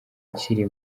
ukiri